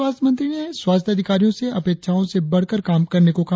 स्वास्थ्य मंत्री ने स्वास्थ्य अधिकारियों से अपेक्षाओं से बढ़कर काम करने को कहा